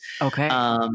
Okay